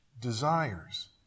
desires